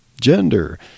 gender